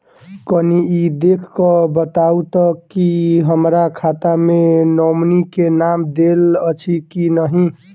कनि ई देख कऽ बताऊ तऽ की हमरा खाता मे नॉमनी केँ नाम देल अछि की नहि?